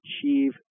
achieve